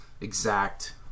exact